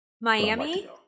miami